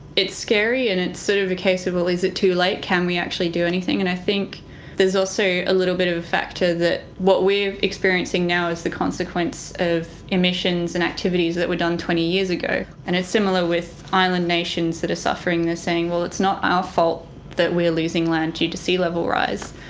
it's scary and it's sort of a case of, well, is it too late? can we actually do anything? and i think there's also a little bit of the factor that what we're experiencing now is the consequence of emissions and activities that were done twenty years ago. and it's similar with island nations that are suffering the same well, it's not our fault that we're losing land due to sea level rise,